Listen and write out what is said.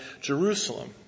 Jerusalem